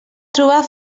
trobar